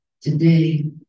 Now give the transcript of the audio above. today